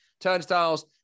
turnstiles